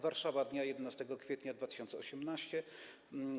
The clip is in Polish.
Warszawa, dnia 11 kwietnia 2018 r.